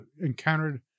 encountered